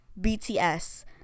BTS